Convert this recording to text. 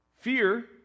Fear